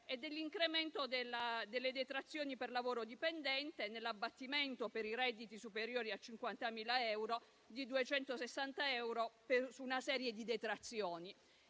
e nell'incremento delle detrazioni per lavoro dipendente, nell'abbattimento, per i redditi superiori a 50.000 euro, di 260 euro su una serie di detrazioni.